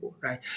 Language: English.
right